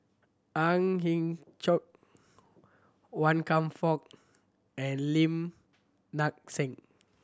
Ang Chiok Wan Kam Fook and Lim Nang Seng